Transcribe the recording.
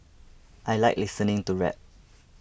I like listening to rap